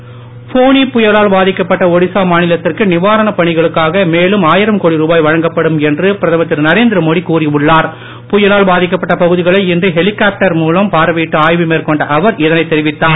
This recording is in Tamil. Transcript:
புயல் உதவி போனி புயல் பாதிக்கப்பட்ட ஒடிசா மாநிலத்திற்கு நிவாரணப் பணிகளுக்காக மேலும் ஆயிரம் கோடி ரூபாய் வழங்கப்படும் என பிரதமர் திரு நரேந்திரமோடி கூறி உள்ளார் புயலால் பாதிக்கப்பட்ட பகுதிகளை இன்று ஹெலிகாப்டர் மூலம் பார்வையிட்டு ஆய்வு மேற்கொண்ட அவர் இதைத் தெரிவித்தார்